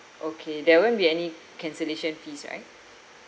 okay there won't be any cancellation fees right